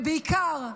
ובעיקר,